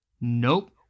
nope